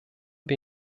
wir